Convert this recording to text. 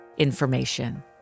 information